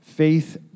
faith